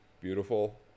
beautiful